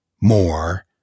more